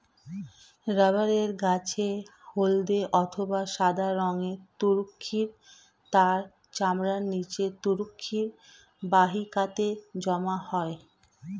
rubber গাছের হল্দে অথবা সাদা রঙের তরুক্ষীর তার চামড়ার নিচে তরুক্ষীর বাহিকাতে জমা হয়